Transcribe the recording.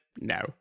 No